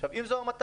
עכשיו אם זו המטרה,